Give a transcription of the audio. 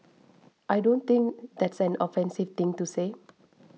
I don't think that's an offensive thing to say